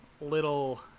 little